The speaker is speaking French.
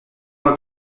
moi